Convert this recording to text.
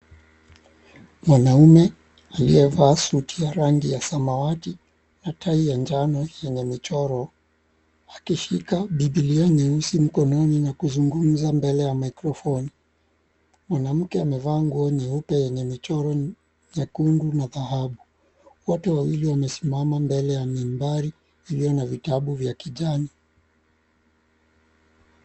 Mwanaume aliyevaa suti ya rangi ya samawati na tai ya njano yenye michoro akishika bibilia nyeusi mkononi na kuzungumza mbele ya mikrofoni. Mwanamke amevaa nguo nyeupe yenye michoro nyekundu na dhahabu. Wote wawili wamesimama mbele ya mimbari ilio na vitabu vya kijani.